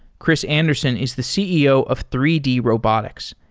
chris anderson is the ceo of three d robotics,